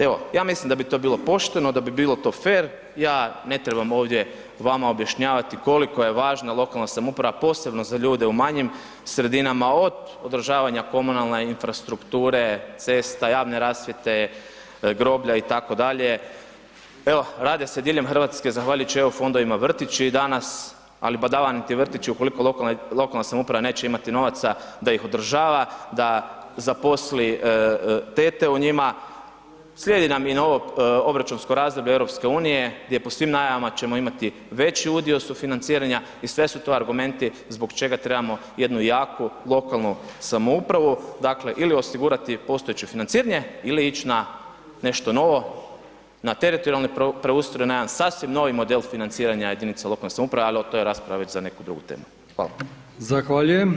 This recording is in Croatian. Evo ja mislim da bi to bilo pošteno, da bi bilo to fer, ja ne trebam ovdje vama objašnjavati koliko je važna lokalna samouprava posebno za ljude u manjim sredinama, od održavanja komunalne infrastrukture, cesta, javne rasvjete, groblje itd., evo rade se diljem Hrvatske zahvaljujući EU fondovima vrtići i danas ali badava niti vrtići ukoliko lokalna samouprava neće imati novaca da ih održava, da zaposli tete u njima, slijedi nam i novo obračunsko razdoblje EU-a gdje po svim najavama ćemo imati veći udio sufinanciranja i sve su to argumenti zbog čega trebamo jednu jaku lokalnu samoupravu ili osigurati postojeće financiranje ili ići na nešto novo, na teritorijalni preustroj, na jedan sasvim novi model financiranja jedinica lokalne samouprave, ali to je rasprava za neku drugu temu.